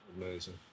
Amazing